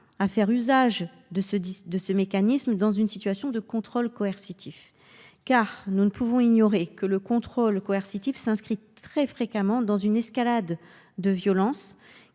à faire usage de ce mécanisme dans une situation de contrôle coercitif. Nous ne pouvons en effet ignorer que celui ci s’inscrit très fréquemment dans une escalade de violences